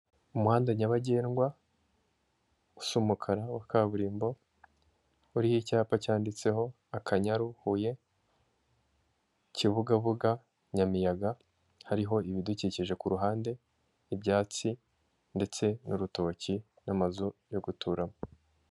Umuhanda nyabagendwa usa umukara, wa kaburimbo, uriho icyapa cyanditseho Akanyaru, Huye, Kibugabuga, Nyamiyaga, hariho ibidukikije ku ruhande ibyatsi ndetse n'urutoki n'amazu yo guturamo.